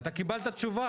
קיבלת תשובה.